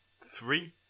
Three